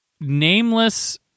nameless